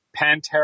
Pantera